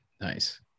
Nice